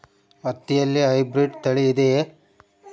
ಹತ್ತಿಯಲ್ಲಿ ಹೈಬ್ರಿಡ್ ತಳಿ ಇದೆಯೇ?